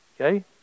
Okay